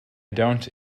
don’t